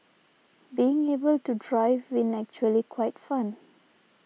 being able to drive in actually quite fun